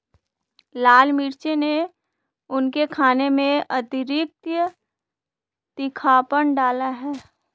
लाल मिर्च ने उनके खाने में अतिरिक्त तीखापन डाला है